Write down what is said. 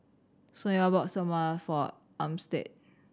Sonya bought Samosa for Armstead